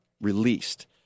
released